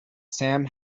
sam